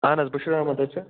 اہن حظ بشیر احمد حظ چھِ